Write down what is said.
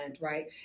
right